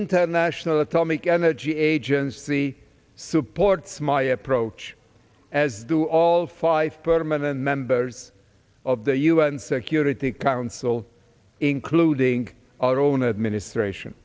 international atomic energy agency supports my approach as do all five permanent members of the un security council including our own administration